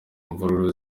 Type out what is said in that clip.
imvururu